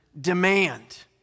demand